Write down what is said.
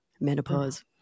Menopause